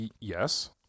Yes